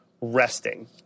resting